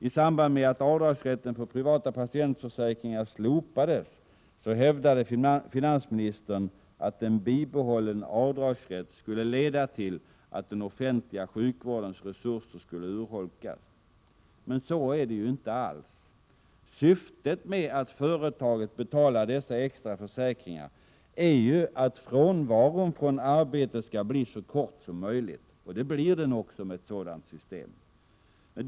I samband med att rätten till avdrag för privata patientförsäkringar slopades hävdade finansministern att en bibehållen avdragsrätt skulle leda till att den offentliga sjukvårdens resurser skulle urholkas. Så är det ju inte alls. Syftet med att företaget betalar dessa extra försäkringar är ju att frånvaron från arbetet skall bli så kort som möjligt. Det blir den också med ett sådant system.